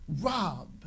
rob